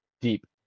deep